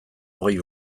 hogei